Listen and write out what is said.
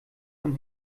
von